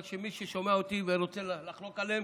אבל מי ששומע אותי ורוצה לחלוק עליהם,